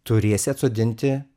turėsi atsodinti